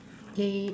okay